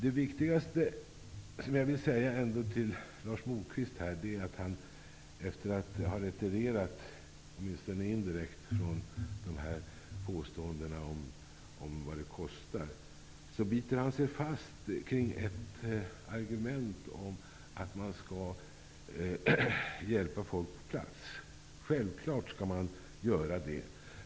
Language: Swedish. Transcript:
Efter att åtminstone indirekt ha retirerat från påståendena om vad flyktingmottagningen kostar, biter sig Lars Moquist fast vid argumentet att man skall hjälpa folk på plats. Självklart skall man göra det.